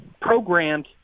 programmed